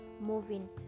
moving